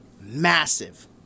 Massive